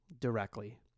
directly